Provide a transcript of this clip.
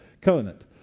Covenant